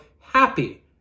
happy